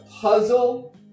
puzzle